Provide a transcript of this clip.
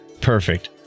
Perfect